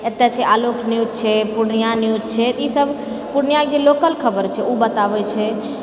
एतऽ छै आलोक न्यूज़ छै पूर्णिया न्यूज़ छै तऽ ई सब पूर्णियाके जे लोकल खबर छै ओ बताबै छै